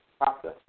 Process